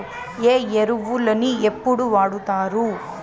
ఏ ఎరువులని ఎప్పుడు వాడుతారు?